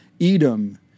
Edom